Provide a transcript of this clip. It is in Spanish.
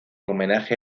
homenaje